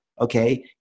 Okay